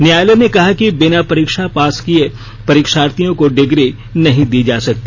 न्यायालय ने कहा है कि बिना परीक्षा पास किये परीक्षार्थियों को डिग्री नहीं दी जा सकती